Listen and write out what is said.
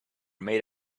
made